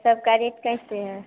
सबका रेट कैसे है